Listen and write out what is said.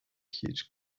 huge